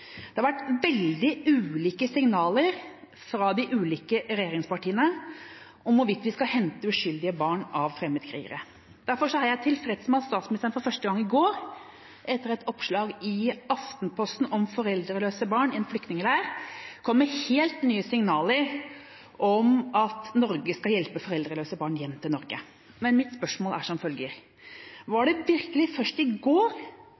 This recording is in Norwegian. Det har vært veldig ulike signaler fra de ulike regjeringspartiene om hvorvidt vi skal hente uskyldige barn av fremmedkrigere. Derfor er jeg tilfreds med at statsministeren for første gang i går, etter et oppslag i Aftenposten om foreldreløse barn i en flyktningleir, kom med helt nye signaler om at Norge skal hjelpe foreldreløse barn hjem til Norge. Mitt spørsmål er som følger: Var det virkelig først i går,